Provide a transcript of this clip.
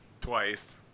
twice